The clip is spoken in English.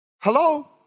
Hello